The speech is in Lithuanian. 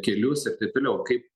kelius ir taip toliau kai